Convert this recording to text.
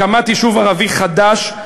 הקמת יישוב ערבי חדש,